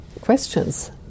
questions